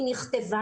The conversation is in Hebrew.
היא נכתבה,